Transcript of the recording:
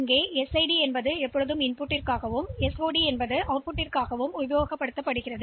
எனவே உள்ளீட்டுக்கு SID மற்றும் வெளியீட்டிற்கு SOD உள்ளது